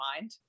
mind